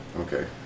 Okay